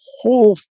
whole